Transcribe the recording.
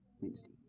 Wednesday